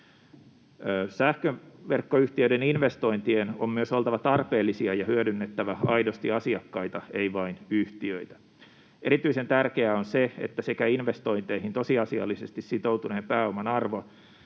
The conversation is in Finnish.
Sähköverkkoyhtiöiden investointien on myös oltava tarpeellisia ja hyödytettävä aidosti asiakkaita, ei vain yhtiöitä. Erityisen tärkeää on se, että sekä investointeihin tosiasiallisesti sitoutuneen pääoman arvo